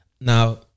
Now